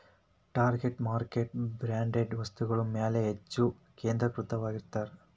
target market branded ವಸ್ತುಗಳ ಮ್ಯಾಲೆ ಹೆಚ್ಚ್ ಕೇಂದ್ರೇಕೃತವಾಗಿರತ್ತ